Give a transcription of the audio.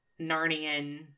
Narnian